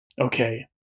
Okay